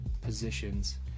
positions